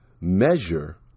measure